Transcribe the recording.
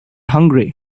hungry